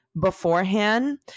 beforehand